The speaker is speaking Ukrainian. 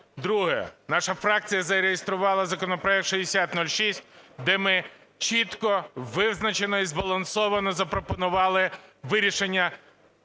Друге. Наша фракція зареєструвала законопроект 6006, де ми чітко, визначено і збалансовано запропонували вирішення